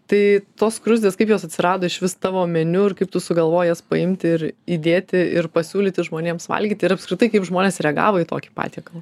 tai tos skruzdės kaip jos atsirado išvis tavo meniu ir kaip tu sugalvojai jas paimti ir įdėti ir pasiūlyti žmonėms valgyti ir apskritai kaip žmonės reagavo į tokį patiekalą